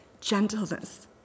gentleness